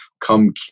come